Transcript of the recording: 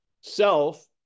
self